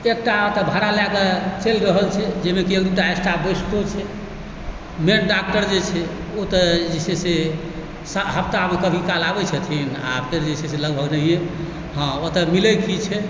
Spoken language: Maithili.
एकटा एतऽ भाड़ा लए कऽ चलि रहल छै जाहिमे कि एक दू टा स्टाफ बैसितो छै मेन डॉक्टर जे छै ओ तऽ जे छै से हप्तामे कभी काल आबै छथिन आओर फेर जे छै से लगभग नहिये हँ ओतऽ मिलै की छै